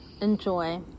enjoy